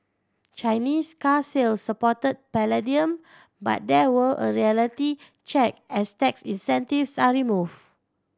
Chinese car sales support palladium but there will a reality check as tax incentives are remove